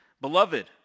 Beloved